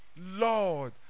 Lord